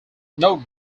note